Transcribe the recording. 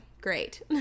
Great